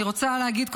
אני רוצה להגיד,